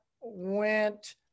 went